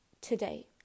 today